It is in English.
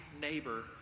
neighbor